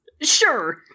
Sure